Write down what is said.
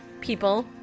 people